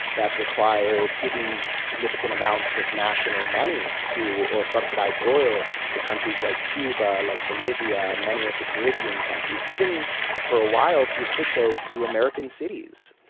that required giving significant amounts of national money or subsidised oil to countries like cuba, like bolivia, many of the caribbean countries, even for a while, through citgo, to american cities.